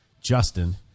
Justin